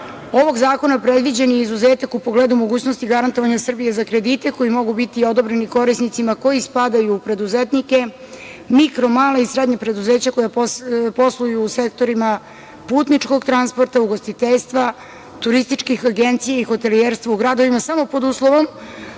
ovog zakona predviđen je izuzetak u pogledu mogućnosti garantovanja Srbije za kredite koji mogu biti odobreni korisnicima koji spadaju u preduzetnike, mikro, mala i srednja preduzeća koja posluju u sektorima putničkog transporta, ugostiteljstva, turističkih agencija i hotelijerstva u gradovima, samo pod uslovom